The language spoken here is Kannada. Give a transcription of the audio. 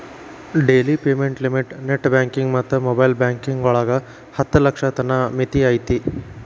daily payment limit net banking ಮತ್ತ ಮೊಬೈಲ್ ಬ್ಯಾಂಕಿಂಗ್ ಒಳಗ ಹತ್ತ ಲಕ್ಷದ್ ತನ ಮಿತಿ ಐತಿ